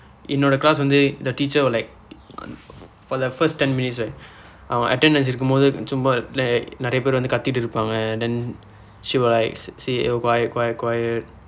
என்னோட:ennooda class வந்து:vandthu the teacher will like for the first ten minutes right அவங்க:avangka attendance எடுக்கும்போது ரொம்ப நிரைய பேர் வந்து கத்திக்கிட்டு இருப்பாங்க:edukkumpoothu rompa niraiya peer vandthu kathikitdu irupaangka then she will like s~ say eh quiet quiet quiet